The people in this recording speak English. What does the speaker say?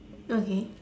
okay